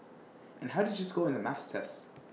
and how did you score in the maths sets